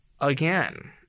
again